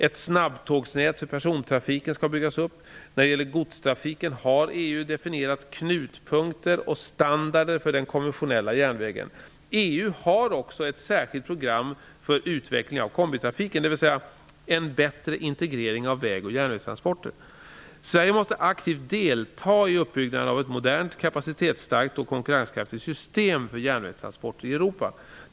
Ett snabbtågsnät för persontrafiken skall byggas upp. När det gäller godstrafiken har EU definierat knutpunkter och standarder för den konventionella järnvägen. EU har också ett särskilt program för utveckling av kombitrafiken, dvs. en bättre integrering av väg och järnvägstransporter. Sverige måste aktivt delta i uppbyggnaden av ett modernt, kapacitetsstarkt och konkurrenskraftigt system för järnvägstransporter i Europa.